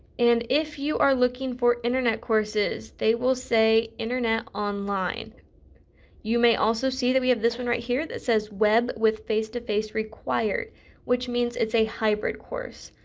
and if you are looking for internet courses they will say internet online you may also see that we have this one right here that says web with face to face required which means it's a hybrid course.